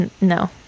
No